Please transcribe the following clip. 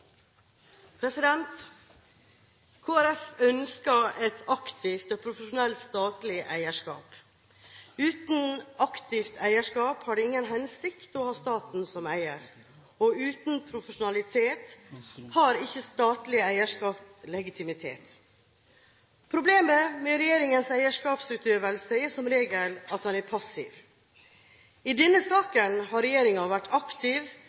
ønsker et aktivt og profesjonelt statlig eierskap. Uten aktivt eierskap har det ingen hensikt å ha staten som eier, og uten profesjonalitet har ikke statlig eierskap legitimitet. Problemet med regjeringens eierskapsutøvelse er som regel at den er passiv. I denne saken har regjeringen vært aktiv,